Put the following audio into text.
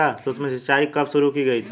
सूक्ष्म सिंचाई कब शुरू की गई थी?